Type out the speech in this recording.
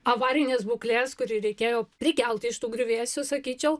avarinės būklės kurį reikėjo prikelt iš tų griuvėsių sakyčiau